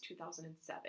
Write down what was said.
2007